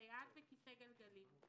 שמסתייעת בכיסא גלגלים,